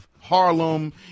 Harlem